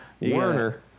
Werner